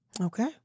Okay